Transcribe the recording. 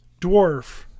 dwarf